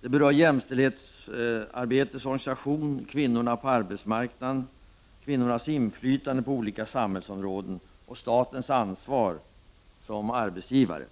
Det berör jämställdhetsarbetets organisation, kvinnorna på arbetsmarknaden, kvinnors inflytande på olika samhällsområden och statens ansvar som arbetsgivare.